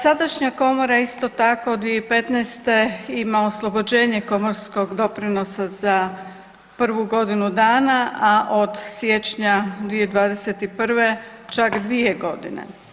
Sadašnja Komora, isto tako, od 2015. ima oslobođenje komorskog doprinosa za prvu godinu dana, a od siječnja 2021. čak 2 godine.